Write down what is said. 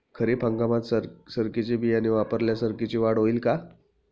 खरीप हंगामात सरकीचे बियाणे वापरल्यास सरकीची वाढ होईल का?